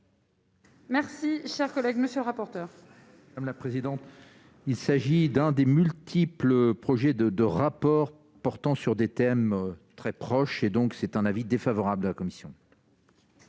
Merci, chers collègues, monsieur le rapporteur. Madame la présidente, il s'agit d'un des multiples projets de 2 rapports portant sur des thèmes très proche et donc c'est un avis défavorable de la commission.